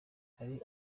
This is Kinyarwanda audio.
hari